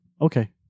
okay